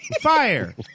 Fire